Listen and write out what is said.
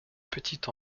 petite